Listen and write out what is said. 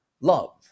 love